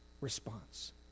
response